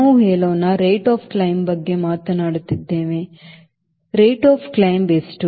ನಾವು ಹೇಳೋಣ rate of climb ಬಗ್ಗೆ ಮಾತನಾಡುತ್ತಿದ್ದೇವೆ ಏರುವಿಕೆಯ ದರ ಎಷ್ಟು